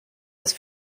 das